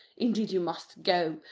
indeed you must go,